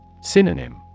Synonym